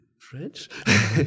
French